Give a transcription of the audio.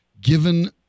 given